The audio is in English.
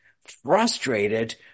frustrated